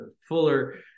Fuller